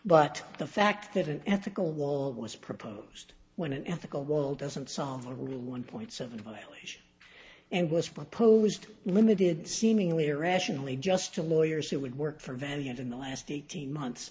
but the fact that an ethical wall was proposed when an ethical wall doesn't solve a real one point seven violation and was proposed limited seemingly irrationally just to lawyers who would work for valiant in the last eighteen months